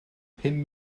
pum